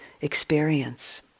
experience